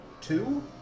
Two